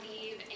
leave